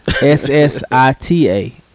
S-S-I-T-A